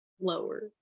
lower